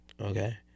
okay